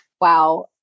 wow